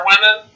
women